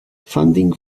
funding